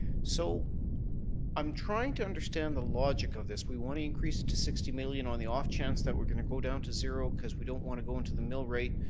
so i'm trying to understand the logic of this. we want to increase it to sixty million on the off chance that we're going to go down to zero because we don't want to go into the mill rate,